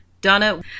Donna